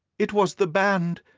it was the band!